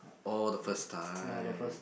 oh the first time